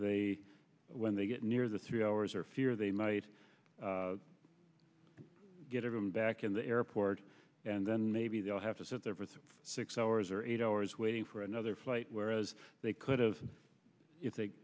they when they get near the three hours or fear they might get everyone back in the airport and then maybe they'll have to sit there for six hours or eight hours waiting for another flight whereas they could have if they